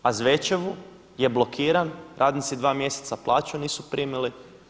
A Zvečevu je blokiran, radnici 2 mjeseca plaću nisu primili.